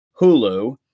Hulu